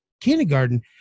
kindergarten